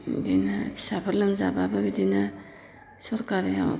बिदिनो फिसाफोर लोमजाबाबो बिदिनो सोरखारिआव